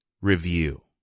review